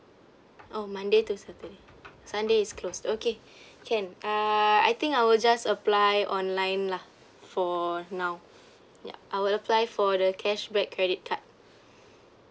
oh monday to saturday sunday is closed okay can uh I think I will just apply online lah for now ya I would apply for the cashback credit card